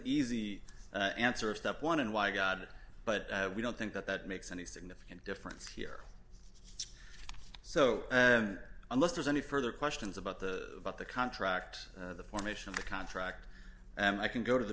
easy answer of step one and why god but we don't think that that makes any significant difference here so unless there's any further questions about the about the contract the formation of the contract and i can go to the